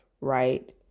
right